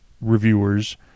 reviewers